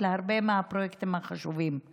והכול בשווי הדומה לשווייה של דירת